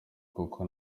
kuko